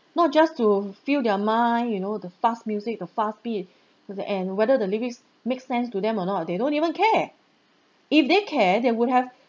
not just to fill their mind you know the fast music the fast beat cause at end whether the lyrics makes sense to them or not they don't even cared if they care there would have